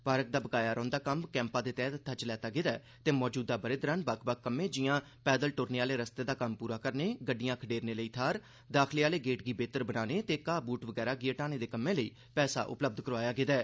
park दा बकाया रौंह्दा कम्म कैंपा दे तैहत हत्थै च लैता गेआ ऐ ते मौजूदा ब'रे दौरान बक्ख बक्ख कम्में जिआं पैदल दुरने आह्ले रस्ते दा कम्म पूरा करने गड़िडयां खडेरने लेई थाह्र दाखले आह्ले गेट गी बेह्तर बनाने ते घाह् बूट वगैरा गी हटाने दे कम्में लेई पैसा उपलब्य करोआया गेदा ऐ